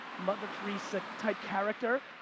mother theresa-type character.